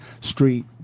Street